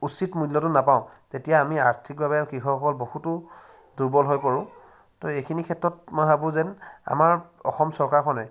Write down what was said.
উচিত মূল্যটো নাপাওঁ তেতিয়া আমি আৰ্থিকভাৱে কৃষকসকল বহুতো দুৰ্বল হৈ পৰোঁ তো এইখিনি ক্ষেত্ৰত মই ভাবোঁ যেন আমাৰ অসম চৰকাৰখনে